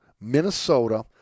Minnesota